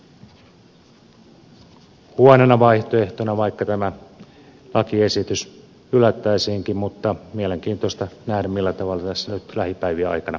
en näkisi kovin huonona vaihtoehtona sitä jos tämä lakiesitys hylättäisiinkin mutta on mielenkiintoista nähdä millä tavalla nyt lähipäivien aikana edetään